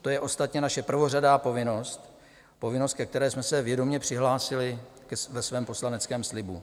To je ostatně naše prvořadá povinnost, povinnost, ke které jsme se vědomě přihlásili ve svém poslaneckém slibu.